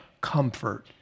comfort